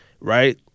right